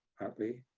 huntley,